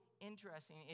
interesting